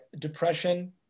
depression